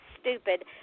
stupid